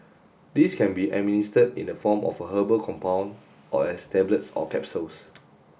these can be administered in the form of a herbal compound or as tablets or capsules